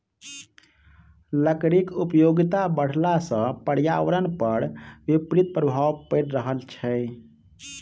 लकड़ीक उपयोगिता बढ़ला सॅ पर्यावरण पर विपरीत प्रभाव पड़ि रहल छै